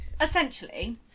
essentially